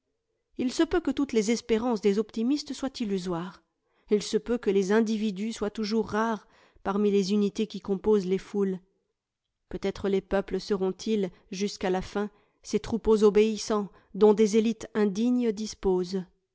il se peut que toutes les espérances des optimistes soient illusoires il se peut que les individus soient toujours rares parmi les unités qui composent les foules peut-être les peuples seront-ils jusqu'à la fin ces troupeaux obéissants dont des élites indignes disposent